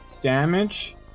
damage